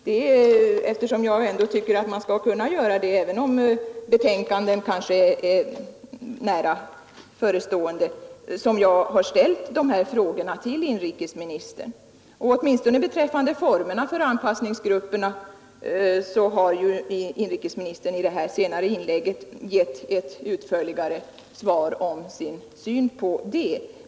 Det är för att jag tycker att man skall kunna göra det även om betänkanden kanske är nära förestående som jag har ställt de här frågorna till inrikesministern. Åtminstone beträffande formerna för anpassningsgrupperna har inrikesministern i det senare inlägget gett ett utförligare svar om sin syn på dem.